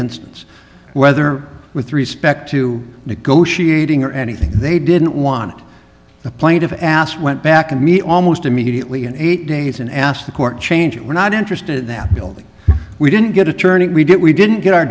instance whether with respect to negotiating or anything they didn't want the plaintiffs asked went back and me almost immediately in eight days and asked the court change we're not interested in that building we didn't get to turn it we didn't we didn't get our